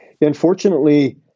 Unfortunately